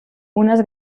unes